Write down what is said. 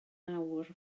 awr